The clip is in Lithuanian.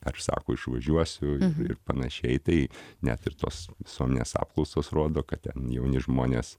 ar sako išvažiuosiu ir panašiai tai net ir tos visuomenės apklausos rodo kad ten jauni žmonės